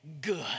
good